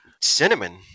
cinnamon